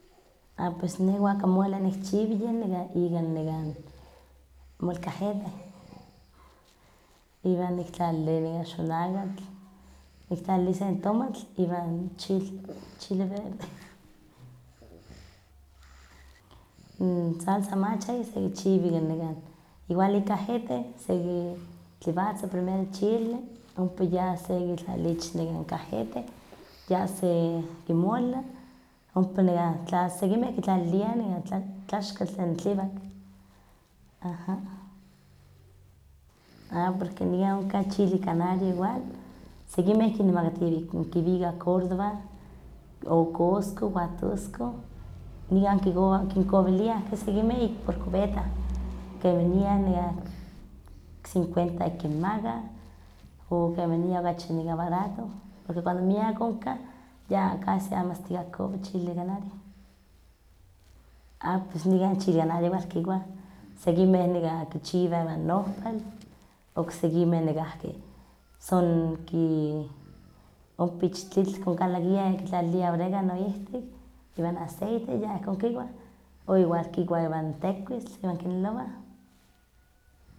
Ah pues neh wakamole nikchiwa ika yen nekan molcajete, iwan niktlalili nekan xonakatl, niktlalili sen tomatl, iwan chil chile verde, n salsa macha yeh sekichiwa igual ik cajete, sekitliwatza primero yen chile, ompa ya sekitlalili ich nekan cajete ya seki mola, ompa nekah tla sekinmeh kitlaliliah nekan tlaxkal tlen tliwak, aha. Ah porque nikan onkah chile canario igual, sekinmeh kinemakatiweh kiwikah córdoba, o cosco, huatusco, nikan kikowah, kinkowiliah sekinmeh por cubeta, keminian cincuenta ik kinmaka, o kemanian okachi barato, porque cuando miak onka ya casi amo asta ikah kikowa chile canario, ah pues nikan chile canario igual kikuah, sekinmeh kichiwa ika nohpal, oksekimeh son ki ompa ich tlitl kikalakiah iwan kitlaliliah oregano ihtik, iwan aceite ya ihkon kikuah, o igual kikuah iwan tekuistli iwan kinelowah.